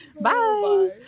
bye